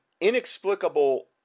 inexplicable